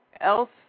else